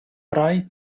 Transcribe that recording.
рай